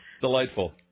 Delightful